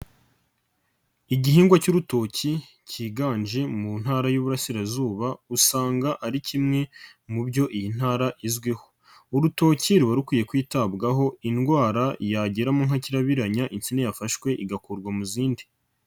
Igihingwa cy'urutoki kiganje mu ntara y'ububurasirazuba usanga ari kimwe mu byo iyi ntara izwiho urutoki ruba rukwiye kwitabwaho indwara yageramo nka kirarabiranya insinina yafashwe igakurwa mu zindi.